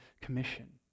commission